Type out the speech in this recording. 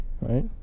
right